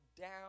down